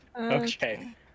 Okay